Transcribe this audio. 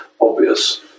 obvious